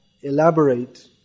elaborate